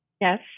yes